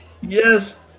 Yes